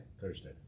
Thursday